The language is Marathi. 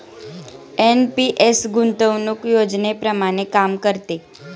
एन.पी.एस गुंतवणूक योजनेप्रमाणे काम करते